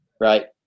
right